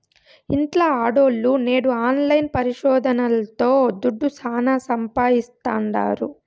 ఇంట్ల ఆడోల్లు నేడు ఆన్లైన్ పరిశోదనల్తో దుడ్డు శానా సంపాయిస్తాండారు